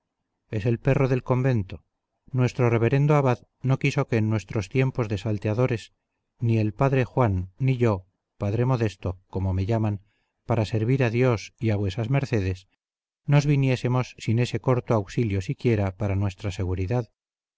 es el perro del convento nuestro reverendo abad no quiso que en nuestros tiempos de salteadores ni el padre juan ni yo padre modesto como me llaman para servir a dios y a vuesas mercedes nos viniésemos sin ese corto auxilio siquiera para nuestra seguridad